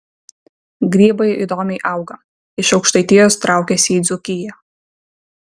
grybai įdomiai auga iš aukštaitijos traukiasi į dzūkiją